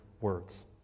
words